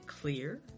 clear